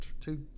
two